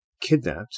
kidnapped